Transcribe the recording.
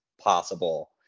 possible